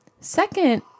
second